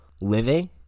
living